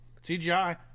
cgi